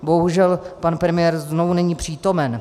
Bohužel pan premiér znovu není přítomen.